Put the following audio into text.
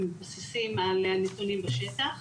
הם מתבססים על הנתונים בשטח,